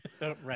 right